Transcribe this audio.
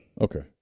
Okay